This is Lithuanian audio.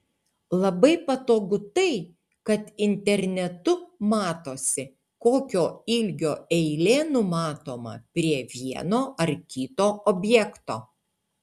labai patogu tai kad internetu matosi kokio ilgio eilė numatoma prie vieno ar kito objekto